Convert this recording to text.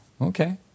okay